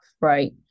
right